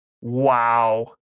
wow